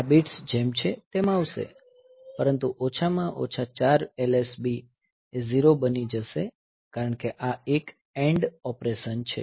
આ બિટ્સ જેમ છે તેમ આવશે પરંતુ ઓછામાં ઓછા 4 LSB એ 0 બની જશે કારણ કે આ એક AND ઓપરેશન છે